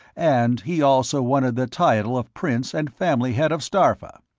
and he also wanted the title of prince and family-head of starpha.